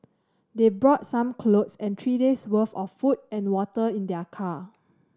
they brought some clothes and three day's worth of food and water in their car